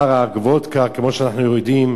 עראק, וודקה, כמו שאנחנו יודעים,